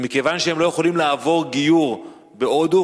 ומכיוון שהם לא יכולים לעבור גיור בהודו,